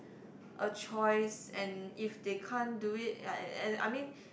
a choice and if they can't do it ya ya and I mean